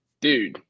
Dude